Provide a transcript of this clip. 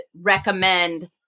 recommend